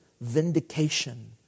vindication